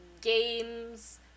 games